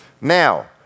Now